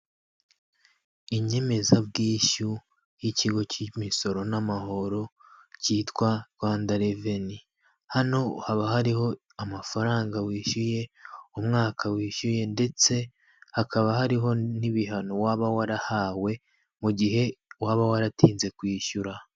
Inyemezabwishyu y'ikigo cy'imisoro n'amahoro cyitwa Rwanda revenu hano haba hariho amafaranga wishyuye umwaka wishyuye ndetse hakaba hariho n'ibihano waba warahawe mu gihe waba waratinze kwishyura.